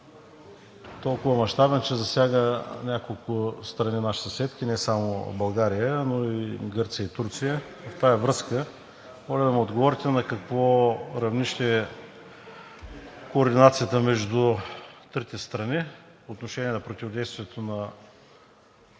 толкова мащабен, че засяга няколко страни наши съседки – не само България, но и Гърция, и Турция. Във връзка с това моля да ми отговорите на какво равнище е координацията между трите страни по отношение на противодействието на